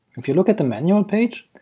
if you look at the manual page,